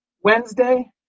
wednesday